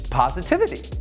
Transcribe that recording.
positivity